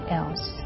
else